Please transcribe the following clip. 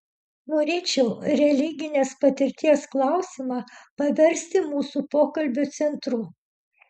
norėčiau religinės patirties klausimą paversti mūsų pokalbio centru